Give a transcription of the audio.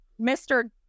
Mr